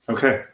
Okay